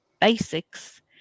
basics